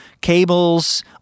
cables